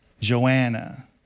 Joanna